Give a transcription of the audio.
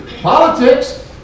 politics